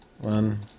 One